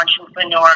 entrepreneur